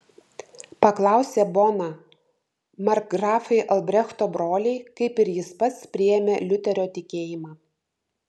paklausė bona markgrafai albrechto broliai kaip ir jis pats priėmė liuterio tikėjimą